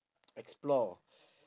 explore